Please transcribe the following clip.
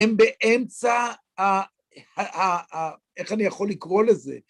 ‫הם באמצע ה... איך אני יכול לקרוא לזה?